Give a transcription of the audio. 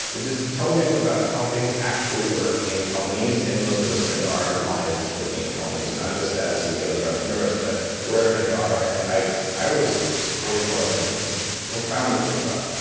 it just tells you about how things actually work in companies and most of us spend our lives working in companies, not just as ceos or entrepreneurs, but wherever they are. and i i was just really blown away. this is profoundly cool stuff.